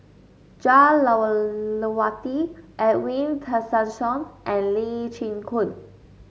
Jah Lelawati Edwin Tessensohn and Lee Chin Koon